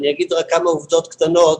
ואני אגיד רק כמה עובדות קטנות.